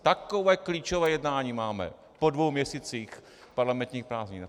Takové klíčové jednání máme po dvou měsících parlamentních prázdnin.